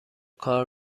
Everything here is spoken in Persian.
کار